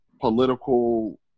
political